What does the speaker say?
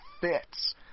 fits